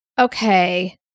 okay